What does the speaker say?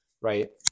right